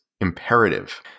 imperative